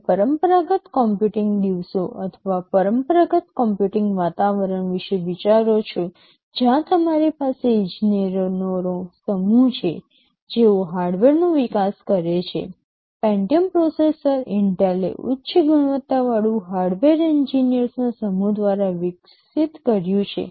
તમે પરંપરાગત કમ્પ્યુટિંગ દિવસો અથવા પરંપરાગત કમ્પ્યુટિંગ વાતાવરણ વિશે વિચારો છો જ્યાં તમારી પાસે ઇજનેરોનો સમૂહ છે જેઓ હાર્ડવેરનો વિકાસ કરે છે પેન્ટિયમ પ્રોસેસર ઇન્ટેલે ઉચ્ચ ગુણવત્તાવાળું હાર્ડવેર એન્જિનિયર્સના સમૂહ દ્વારા વિકસિત કર્યું છે